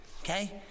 okay